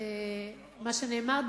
מה שנאמר,